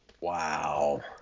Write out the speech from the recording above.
Wow